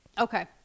Okay